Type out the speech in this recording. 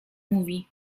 mówi